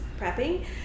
prepping